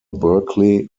berkeley